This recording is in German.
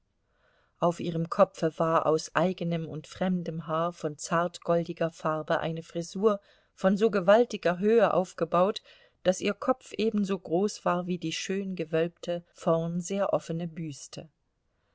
auf ihrem kopfe war aus eigenem und fremdem haar von zartgoldiger farbe eine frisur von so gewaltiger höhe aufgebaut daß ihr kopf ebenso groß war wie die schön gewölbte vorn sehr offene büste